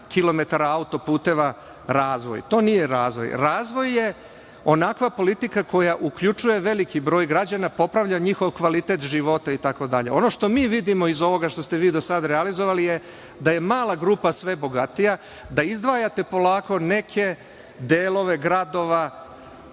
kilometara autoputeva je razvoj. To nije razvoj. Razvoj je onakva politika koja uključuje veliki broj građana, popravlja njihov kvalitet života itd. Ono što mi vidimo iz ovoga što ste vi sada realizovali je da je mala grupa sve bogatija, da izdvajate polako neke delove gradova